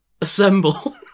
assemble